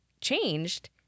changed